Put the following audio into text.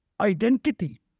identity